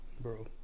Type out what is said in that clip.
bro